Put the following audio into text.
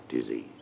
disease